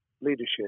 leadership